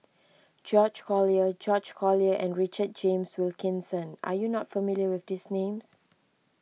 George Collyer George Collyer and Richard James Wilkinson are you not familiar with these names